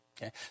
Okay